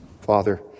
Father